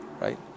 right